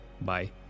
Bye